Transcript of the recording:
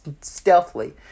stealthily